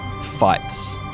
fights